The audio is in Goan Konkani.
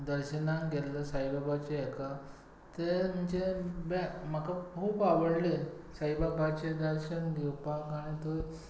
साईबाबाच्या हाका ते म्हणजे म्हाका खूब आवडलें साईबाबाचें दर्शन घेवपाक आनी